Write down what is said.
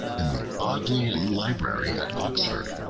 in the bodleian library at oxford.